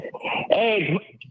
Hey